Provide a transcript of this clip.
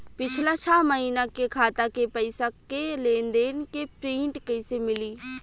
पिछला छह महीना के खाता के पइसा के लेन देन के प्रींट कइसे मिली?